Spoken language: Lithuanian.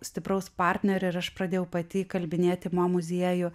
stipraus partnerio ir aš pradėjau pati įkalbinėti mo muziejų